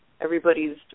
everybody's